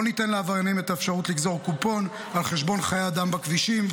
לא ניתן לעבריינים האפשרות לגזור קופון על חשבון חיי אדם בכבישים.